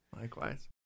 Likewise